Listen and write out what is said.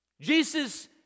Jesus